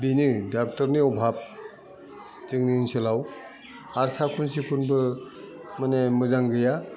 बेनो डाक्टरनि अभाब जोंनि ओनसोलाव आर साखोन सिखोनबो माने मोजां गैया